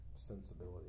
sensibility